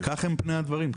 כך הם פני הדברים.